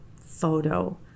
photo